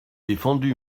défendu